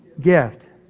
Gift